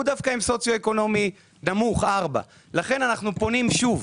והוא דווקא עם סוציו-אקונומי נמוך 4. לכן אנחנו פונים שוב,